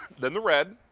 then the red.